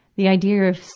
the idea of,